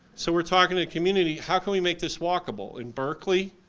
so we're talking to the community, how can we make this walkable? in berkeley,